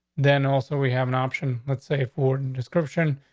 then also, we have an option. let's say for description.